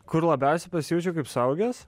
kur labiausiai pasijaučiau kaip suaugęs